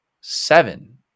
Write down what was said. seven